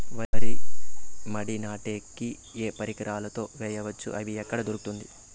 వరి మడి నాటే కి ఏ పరికరాలు తో వేయవచ్చును అవి ఎక్కడ దొరుకుతుంది?